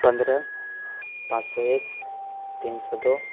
پندرہ پانچ سو ایک تین سو دو